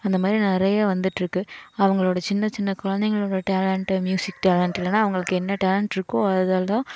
அந்தமாதிரி நிறைய வந்திட்ருக்கு அவங்களோடய சின்ன சின்ன குழந்தைங்களோட டேலண்ட்டு ம்யூசிக் டேலண்ட் இல்லைன்னா அவர்களுக்கு என்ன டேலண்ட் இருக்கோ அதுலேதான்